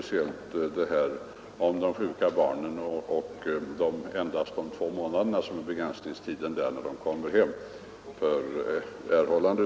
Det gäller framför allt frågan om begränsningstiden för de sjuka barnen.